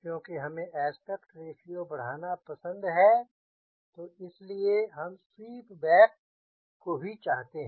क्योंकि हमें aspect ratio बढ़ाना पसंद है तो इसलिए हम स्वीप बैक को भी चाहते हैं